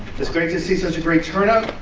it's great to see such a great turnout.